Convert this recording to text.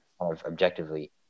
objectively